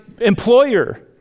employer